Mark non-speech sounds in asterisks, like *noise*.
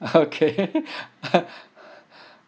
okay *laughs*